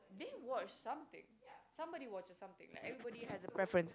they watch something somebody watches something like everybody has a preferance